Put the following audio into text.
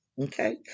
Okay